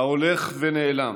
ההולך ונעלם.